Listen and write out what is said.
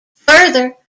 further